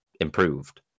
improved